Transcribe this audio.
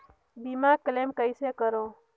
बीमा क्लेम कइसे करों?